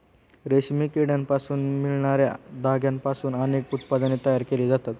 रेशमी किड्यांपासून मिळणार्या धाग्यांपासून अनेक उत्पादने तयार केली जातात